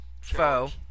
foe